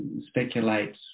speculate